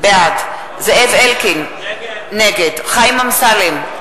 בעד זאב אלקין, נגד חיים אמסלם,